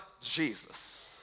Jesus